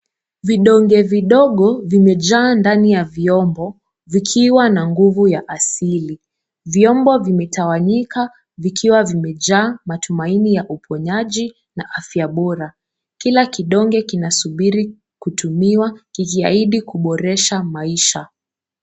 Vidonge vidogo vimejaa ndani ya vyombo vikiwa na nguvu ya asili. Vyombo vimetawanyika vikiwa vimejaa matumaini ya uponyaji na afya bora. Kila kodonge kinasuburi kutumiwa kikiahidi kuboresha maisha.